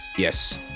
Yes